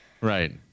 right